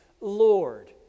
Lord